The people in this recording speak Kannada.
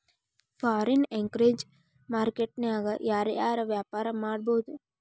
ಫಾರಿನ್ ಎಕ್ಸ್ಚೆಂಜ್ ಮಾರ್ಕೆಟ್ ನ್ಯಾಗ ಯಾರ್ ಯಾರ್ ವ್ಯಾಪಾರಾ ಮಾಡ್ಬೊದು?